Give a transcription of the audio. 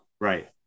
Right